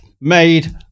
made